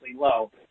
low